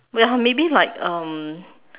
well maybe like um